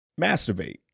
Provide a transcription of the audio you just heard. masturbate